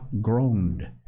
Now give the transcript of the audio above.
groaned